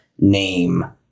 Name